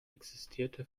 existierte